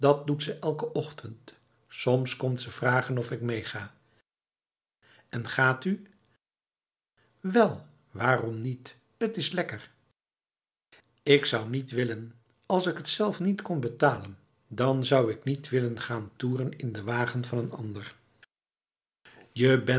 doet ze elke ochtend soms komt ze vragen of ik meega en gaat u wel waarom niet t is lekker ik zou niet willen als ik t zelf niet kon betalen dan zou ik niet willen gaan toeren in de wagen van een anderf je